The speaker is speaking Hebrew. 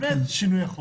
לפני שינוי החוק.